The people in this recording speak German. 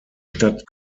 stadt